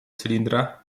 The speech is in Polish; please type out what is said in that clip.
cylindra